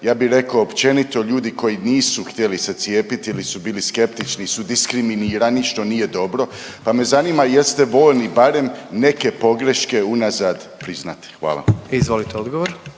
Ja bi rekao općenito ljudi koji nisu htjeli se cijepiti ili su bili skeptični su diskriminirani što nije dobro, pa me zanima jel ste voljni barem neke pogreške unazad priznati. Hvala. **Jandroković,